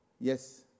Yes